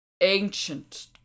ancient